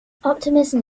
optimism